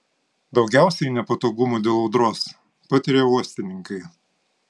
daugiausiai nepatogumų dėl audros patiria uostininkai